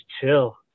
chill